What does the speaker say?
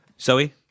Zoe